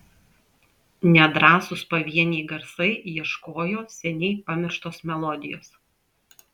nedrąsūs pavieniai garsai ieškojo seniai pamirštos melodijos